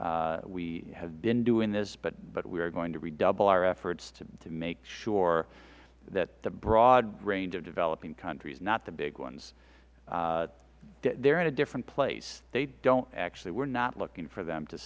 and we have been doing this but we are going to redouble our efforts to make sure that the broad range of developing countries not the big ones they are in a different place they don't actually we are not looking for them to